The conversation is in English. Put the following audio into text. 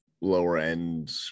lower-end